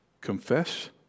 confess